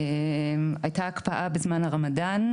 הייתה הקפאה בזמן הרמדאן,